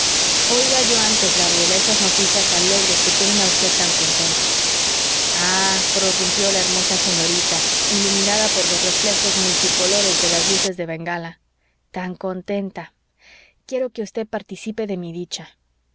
oiga yo antes gabriela esas noticias alegres que tienen a usted tan contenta ah prorrumpió la hermosa señorita iluminada por los reflejos multicolores de las luces de bengala tan contenta quiero que usted participe de mi dicha